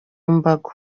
mbago